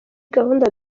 gahunda